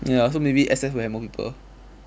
ya so maybe S_F will have more people